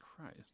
christ